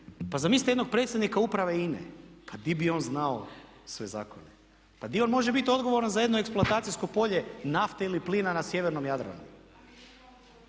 pa zamislite jednog predsjednika uprave INA-e pa di bi on znao sve zakone, pa di on može biti odgovoran za jedno eksploatacijsko polje nafte ili plina na sjevernoj Jadranu,